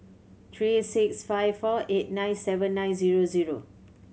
three six five four eight nine seven nine zero zero